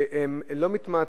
שהם לא מתמעטים,